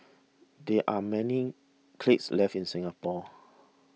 there are many kilns left in Singapore